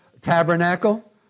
tabernacle